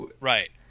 Right